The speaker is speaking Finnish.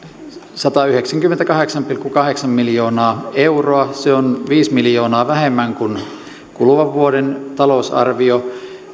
sataayhdeksääkymmentäkahdeksaa pilkku kahdeksaa miljoonaa euroa se on viisi miljoonaa vähemmän kuin kuluvan vuoden talousarviossa